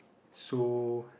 so